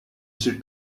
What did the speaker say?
she